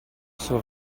solo